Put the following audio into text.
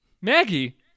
Maggie